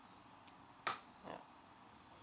ya